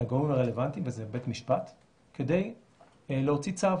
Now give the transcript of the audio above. לגורמים הרלוונטיים, וזה בית משפט, כדי להוציא צו